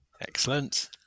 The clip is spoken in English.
excellent